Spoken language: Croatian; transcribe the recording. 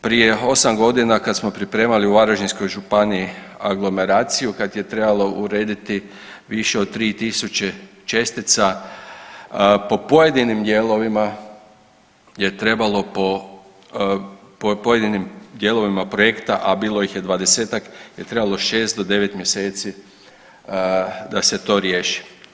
Prije 8 godina kad smo pripremali u Varaždinskoj županiji aglomeraciju kad je trebalo urediti više od 3.000 čestica po pojedinim dijelovima je trebalo po, po pojedinim dijelovima projekta, a bilo ih je 20-ak je trebamo 6 do 9 mjeseci da se to riješi.